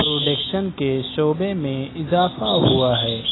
production کے شعبے میں اضافہ ہوا ہے